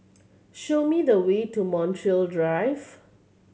show me the way to Montreal Drive